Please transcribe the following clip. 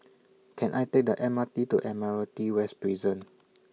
Can I Take The M R T to Admiralty West Prison